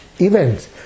events